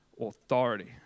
authority